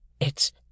It's